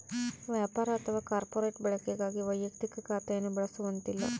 ವ್ಯಾಪಾರ ಅಥವಾ ಕಾರ್ಪೊರೇಟ್ ಬಳಕೆಗಾಗಿ ವೈಯಕ್ತಿಕ ಖಾತೆಯನ್ನು ಬಳಸುವಂತಿಲ್ಲ